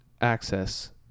access